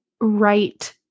right